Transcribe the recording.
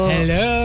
Hello